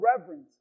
reverence